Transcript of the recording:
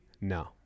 No